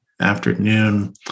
afternoon